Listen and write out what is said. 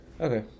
Okay